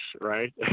right